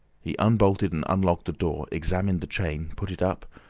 he unbolted and unlocked the door, examined the chain, put it up,